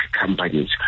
companies